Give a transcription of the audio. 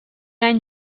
any